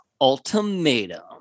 ultimatum